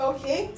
Okay